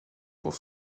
pour